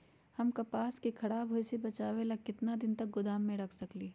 हम कपास के खराब होए से बचाबे ला कितना दिन तक गोदाम में रख सकली ह?